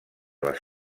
les